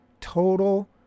Total